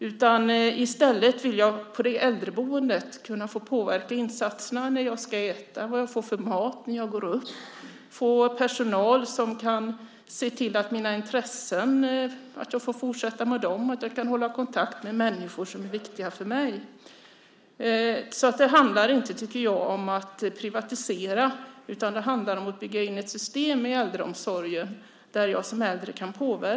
I stället vill jag på äldreboendet kunna få påverka insatserna när jag ska äta, vad jag får för mat och när jag går upp. Jag vill ha personal som kan se till att jag kan fortsätta med mina intressen och hålla kontakt med människor som är viktiga för mig. Det handlar inte om att privatisera. Det handlar om att bygga in ett system i äldreomsorgen där jag som äldre kan påverka.